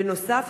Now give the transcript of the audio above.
בנוסף,